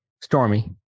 Stormy